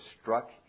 struck